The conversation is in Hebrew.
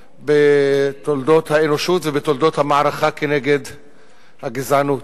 בתולדות האנושות ובתולדות המערכה כנגד הגזענות.